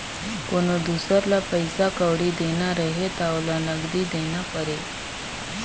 कोनो दुसर ल पइसा कउड़ी देना रहें त ओला नगदी देना परे